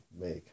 make